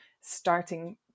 starting